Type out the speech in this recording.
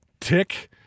Tick